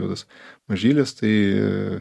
liudas mažylis tai